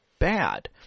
bad